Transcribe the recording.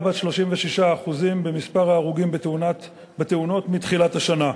של 36% במספר ההרוגים בתאונות מתחילת השנה.